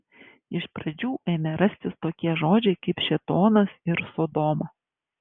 iš pradžių ėmė rastis tokie žodžiai kaip šėtonas ir sodoma